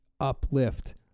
uplift